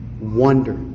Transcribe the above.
wonder